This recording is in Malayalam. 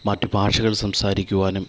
മറ്റു ഭാഷകൾ സംസാരിക്കുവാനും